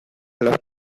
las